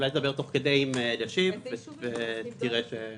אולי תדבר תוך כדי הדיון עם אלישיב ותראה אם